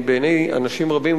בעיני אנשים רבים,